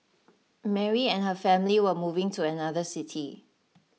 Mary and her family were moving to another city